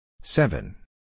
Seven